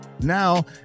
now